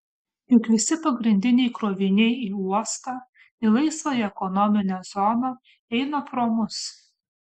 juk visi pagrindiniai kroviniai į uostą į laisvąją ekonominę zoną eina pro mus